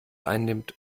einnimmt